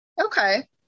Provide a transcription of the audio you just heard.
Okay